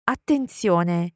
Attenzione